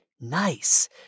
Nice